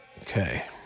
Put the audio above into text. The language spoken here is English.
Okay